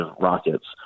rockets